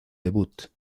debut